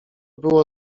było